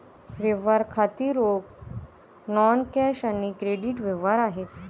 व्यवहार खाती रोख, नॉन कॅश आणि क्रेडिट व्यवहार आहेत